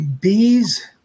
bees